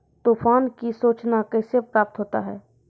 तुफान की सुचना कैसे प्राप्त होता हैं?